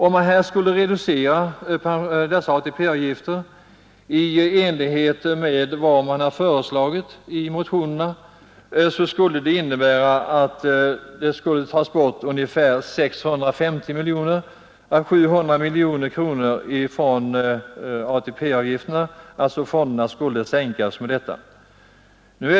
Om man skulle reducera ATP-avgifterna för dessa i enlighet med motionens förslag, skulle 650 å 600 miljoner kronor i ATP-avgifter försvinna; fonderna skulle alltså minska med det beloppet.